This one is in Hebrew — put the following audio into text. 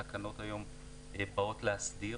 התקנות היום באות להסדיר.